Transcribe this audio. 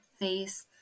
face